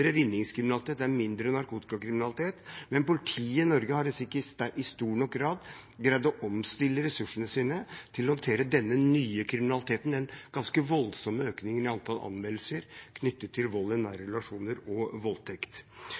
vinningskriminalitet og mindre narkotikakriminalitet, men politiet i Norge har ikke i stor nok grad greid å omstille ressursene sine til å håndtere denne nye kriminaliteten, den ganske voldsomme økningen i antall anmeldelser knyttet til vold i nære relasjoner og voldtekt.